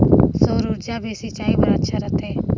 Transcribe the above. सौर ऊर्जा भी सिंचाई बर अच्छा रहथे?